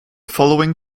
following